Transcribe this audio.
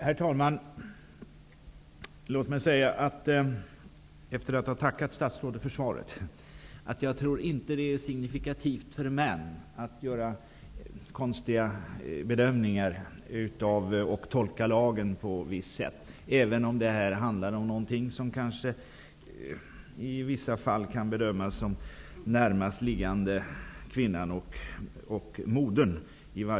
Herr talman! Låt mig, efter att ha tackat statsrådet för svaret, säga att jag inte tror att det är signifikativt för män att göra konstiga bedömningar och att tolka lagen på visst sätt, även om det här handlar om något som i vissa fall kanske kan bedömas som närmast liggande kvinnan och modern.